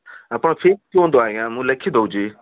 ଆପଣ କରନ୍ତୁ ଆଜ୍ଞା ମୁଁ ଲେଖି ଦେଉଛି